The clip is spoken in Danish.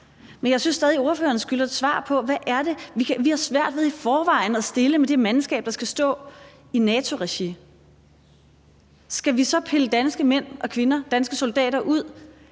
Men jeg synes stadig, ordføreren skylder et svar på, hvad det er. Vi har i forvejen svært ved at stille med det mandskab, der skal stå i NATO-regi. Skal vi så pille danske mænd og kvinder, danske soldater, ud